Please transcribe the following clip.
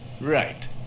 Right